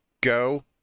go